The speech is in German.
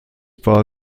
paar